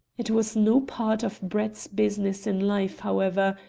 it was no part of brett's business in life, however,